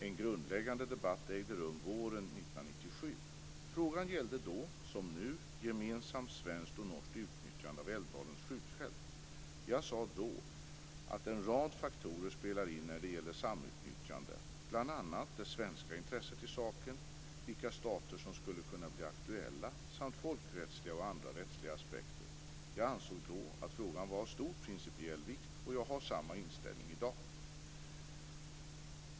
En grundläggande debatt ägde rum våren 1997 . Frågan gällde då, som nu, gemensamt svenskt och norskt utnyttjande av Älvdalens skjutfält. Jag sade då att en rad faktorer spelar in när det gäller samutnyttjande, bl.a. det svenska intresset i saken, vilka stater som skulle kunna bli aktuella samt folkrättsliga och andra rättsliga aspekter. Jag ansåg då att frågan var av stor principiell vikt, och jag har samma inställning i dag.